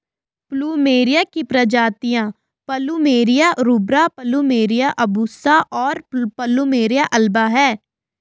plumeria की प्रजातियाँ plumeria rubra, plumeria obtusa, और प्लुमेरिया अल्बा हैं